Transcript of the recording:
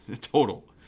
total